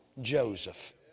Joseph